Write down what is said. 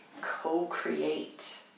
co-create